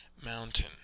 mountain